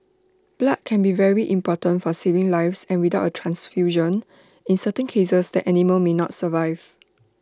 blood can be very important for saving lives and without A transfusion in certain cases the animal may not survive